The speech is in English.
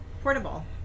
Portable